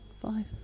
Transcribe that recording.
five